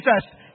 Jesus